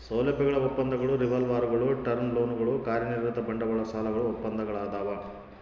ಸೌಲಭ್ಯಗಳ ಒಪ್ಪಂದಗಳು ರಿವಾಲ್ವರ್ಗುಳು ಟರ್ಮ್ ಲೋನ್ಗಳು ಕಾರ್ಯನಿರತ ಬಂಡವಾಳ ಸಾಲಗಳು ಒಪ್ಪಂದಗಳದಾವ